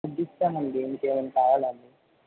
తగ్గిస్తామండి ఇంకా ఏమైనా కావాలా అండి